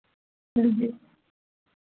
हांजी